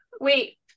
Wait